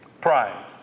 Pride